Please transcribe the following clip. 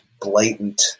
blatant